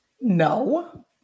No